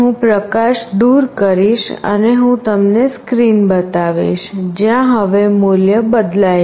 હું પ્રકાશ દૂર કરીશ અને હું તમને સ્ક્રીન બતાવીશ જ્યાં હવે મૂલ્ય બદલાય છે